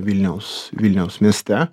vilniaus vilniaus mieste